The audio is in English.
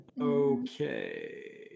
Okay